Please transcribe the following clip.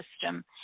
system